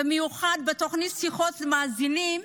במיוחד בתוכנית שיחות עם מאזינים.